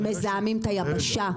הם מזהמים את היבשה.